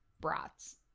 brats